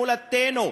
מולדתנו.